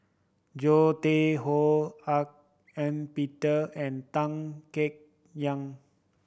Zoe Tay Ho Hak Ean Peter and Tan Kek Yiang